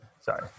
Sorry